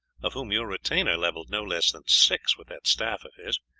of whom your retainer levelled no less than six with that staff of his,